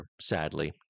sadly